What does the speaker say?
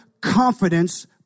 Confidence